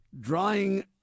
drawing